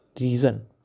reason